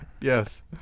Yes